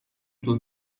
دود